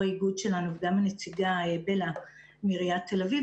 ראש האיגוד שלנו וגם בלהה מעיריית תל אביב,